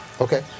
Okay